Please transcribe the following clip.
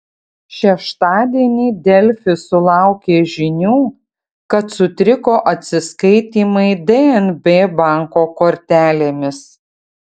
šeštadienį delfi sulaukė žinių kad sutriko atsiskaitymai dnb banko kortelėmis